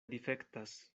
difektas